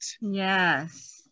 Yes